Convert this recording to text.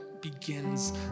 begins